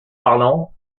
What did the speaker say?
parlant